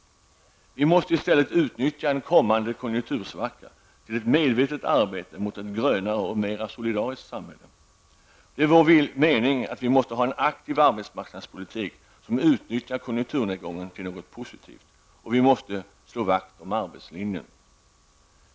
Vi måste utnyttja en kommande konjunktursvacka till ett medvetet arbete mot ett grönare och mera solidariskt samhälle. Det är vår mening att vi måste ha en aktiv arbetsmarknadspolitik, som utnyttjar konjunkturnedgången till något positivt, och vi måste slå vakt om arbetslinjen.